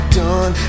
done